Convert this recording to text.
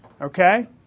Okay